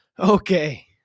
Okay